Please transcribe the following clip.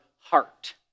heart